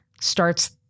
starts